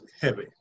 heavy